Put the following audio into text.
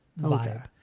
vibe